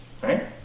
right